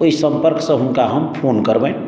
ओहि सम्पर्कसँ हुनका हम फोन करबनि